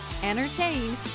entertain